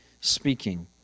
speaking